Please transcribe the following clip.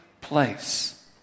place